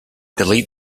delete